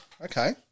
Okay